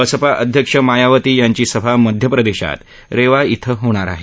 बसपा अध्यक्ष मायावती यांची सभा मध्यप्रदेशात रेवा धिं होणार आहे